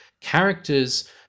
characters